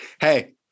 Hey